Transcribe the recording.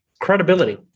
Credibility